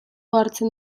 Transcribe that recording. hartzen